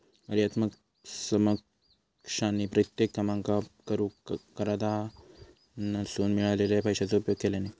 कार्यात्मक समकक्षानी कित्येक कामांका करूक कराधानासून मिळालेल्या पैशाचो उपयोग केल्यानी